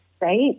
right